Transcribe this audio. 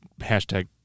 hashtag